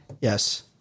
Yes